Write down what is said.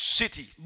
city